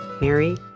mary